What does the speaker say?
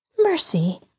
Mercy